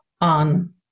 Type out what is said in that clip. on